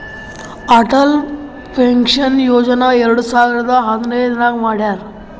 Atal pension Yojana ಎರಡು ಸಾವಿರದ ಹದಿನೈದ್ ನಾಗ್ ಮಾಡ್ಯಾರ್